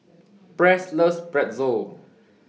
Press loves Pretzel